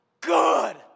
Good